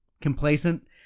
complacent